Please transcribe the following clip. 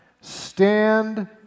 stand